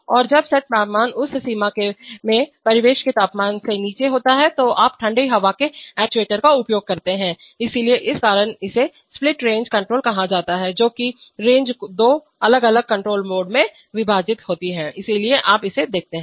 और जब सेट तापमान उस सीमा में परिवेश के तापमान से नीचे होता है तो आप ठंडी हवा के एक्ट्यूएटर का उपयोग करते हैं इसलिए इस कारण इसे स्प्लिट रेंज कंट्रोल कहा जाता है क्योंकि रेंज दो अलग अलग कंट्रोल मोड में विभाजित होती है इसलिए आप इसे देखते हैं